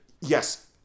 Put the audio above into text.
yes